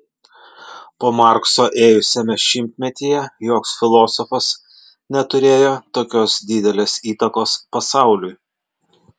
po markso ėjusiame šimtmetyje joks filosofas neturėjo tokios didelės įtakos pasauliui